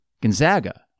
Gonzaga